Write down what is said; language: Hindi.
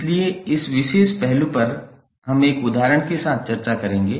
इसलिए इस विशेष पहलू पर हम एक उदाहरण के साथ चर्चा करेंगे